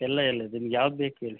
ಎಲ್ಲ ಎಲ್ಲ ಇದೆ ನಿಮ್ಗೆ ಯಾವ್ದು ಬೇಕು ಹೇಳಿ